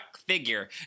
figure